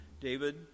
David